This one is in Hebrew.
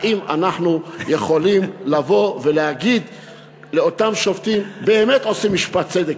האם אנחנו יכולים להגיד שאותם שופטים באמת עושים משפט צדק?